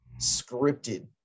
scripted